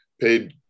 paid